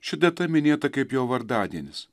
ši data minėta kaip jo vardadienis